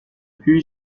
puis